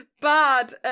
bad